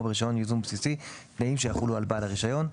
ברישיון ייזום בסיסי תנאים שיחולו על בעל הרישיון.